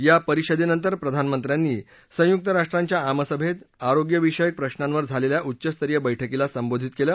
या परिषदेनंतर प्रधानमंत्र्यांनी संयुक्त राष्ट्रसंघाच्या आमसभेत आरोग्य विषयक प्रशांवर झालेल्या उच्चस्तरीय बैठकीला संबोधित केलं